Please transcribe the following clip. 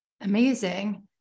amazing